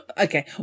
Okay